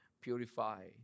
purify